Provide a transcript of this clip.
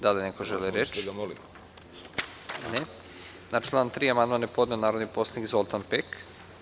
Da li neko želi reč? (Ne) Na član 3. amandman je podneo narodni poslanik Zoltan Pek.